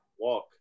Walk